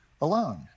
alone